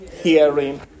Hearing